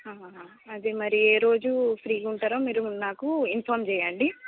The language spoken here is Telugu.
అదే మరి ఏ రోజు ఫ్రీగా ఉంటరో మీరు నాకు ఇన్ఫార్మ్ చెయ్యండి